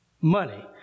money